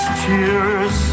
tears